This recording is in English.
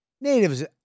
Natives